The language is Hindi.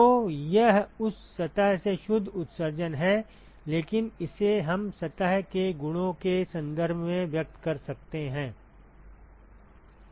तो यह उस सतह से शुद्ध उत्सर्जन है लेकिन इसे हम सतह के गुणों के संदर्भ में व्यक्त कर सकते हैं